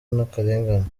n’akarengane